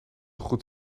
goed